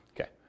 Okay